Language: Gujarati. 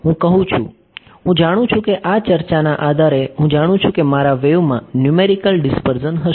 હું કહું છું હું જાણું છું કે આ ચર્ચાના આધારે હું જાણું છું કે મારા વેવમાં ન્યૂમેરિકલ ડીસ્પર્સન હશે